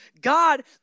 God